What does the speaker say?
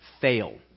fail